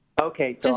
okay